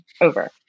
over